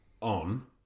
on